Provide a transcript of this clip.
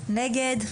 מי נגד?